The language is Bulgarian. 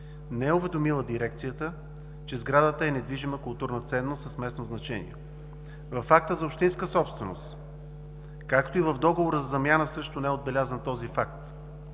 е уведомила дирекцията, че сградата е недвижима културна ценност с местно значение. В акта за общинска собственост, както и в договора за замяна също не е отбелязан този факт.